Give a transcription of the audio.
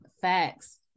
Facts